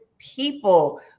People